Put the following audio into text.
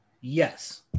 Yes